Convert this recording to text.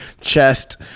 chest